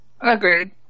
Agreed